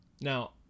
Now